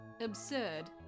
absurd